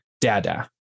Dada